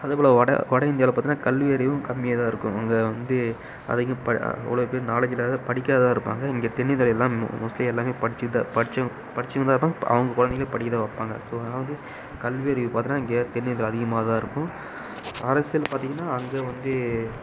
அதே போல வட வட இந்தியாவில் பார்த்திங்கன்னா கல்வி அறிவும் கம்மியாக தான் இருக்கும் அங்கே வந்து அதிகமாக அவ்வளோ பேர் நாலேஜ் இல்லாத படிக்காதவராக இருப்பாங்க இங்கே தென் இந்தியாவில் எல்லாம் மோஸ்ட்லி எல்லாம் படிச்சிகிட்டு தான் படிச்ச படிச்சினு தான் இருப்பாங்க அவங்க குழந்தைகளையும் படிக்க தான் வைப்பாங்க ஸோ அதனால் வந்து கல்வி அறிவு பார்த்தோனா இங்கே தென் இந்தியாவில் அதிகமாக தான் இருக்கும் அரசியல் பார்த்திங்கன்னா அங்கே வந்து